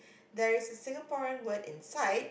there is a Singaporean word inside